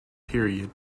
period